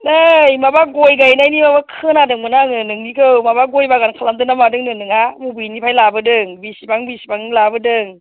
नै माबा गय गायनायनि माबा खोनादोंमोन आङो नोंनिखौ माबा गय बागान खालामदों ना मादोंनो नोंहा अबेनिफ्राय लाबोदों बिसिबां बिसिबांनि लाबोदों